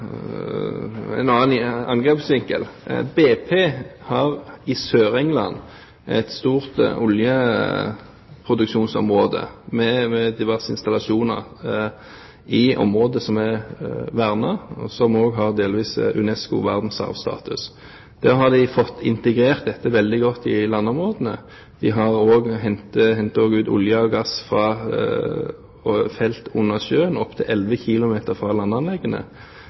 en annen angrepsvinkel. BP har i Sør-England et stort oljeproduksjonsområde med diverse installasjoner i et område som er vernet, og som har delvis UNESCOs verdensarvstatus. Der har de fått integrert dette veldig godt i landområdene. De har også hentet ut olje og gass fra felt under sjøen opptil 11 km fra landanleggene.